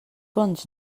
bons